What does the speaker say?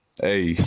Hey